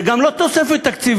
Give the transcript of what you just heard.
וזה גם לא תוספת תקציבית,